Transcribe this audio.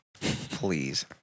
Please